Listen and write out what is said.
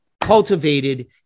cultivated